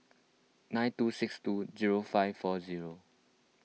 nine two six two zero five four zero